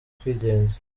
kwigenza